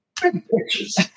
pictures